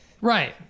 Right